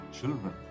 children